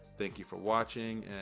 thank you for watching.